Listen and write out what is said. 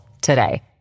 today